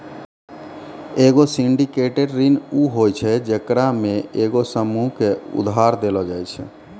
एगो सिंडिकेटेड ऋण उ होय छै जेकरा मे एगो समूहो के उधार देलो जाय छै